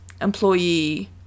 employee